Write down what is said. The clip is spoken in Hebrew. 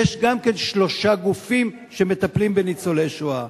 יש גם כן שלושה גופים שמטפלים בניצולי שואה.